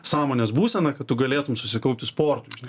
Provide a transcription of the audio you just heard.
sąmonės būseną kad tu galėtum susikaupti sportui žinai